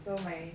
so my